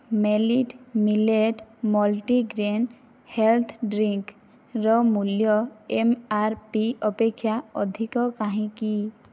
ମେଲିଟ millet multigrain health ଡ୍ରିଙ୍କ୍ର ମୂଲ୍ୟ M R P ଅପେକ୍ଷା ଅଧିକ କାହିଁକି